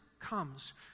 comes